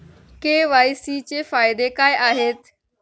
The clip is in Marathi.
के.वाय.सी चे फायदे काय आहेत?